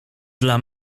dla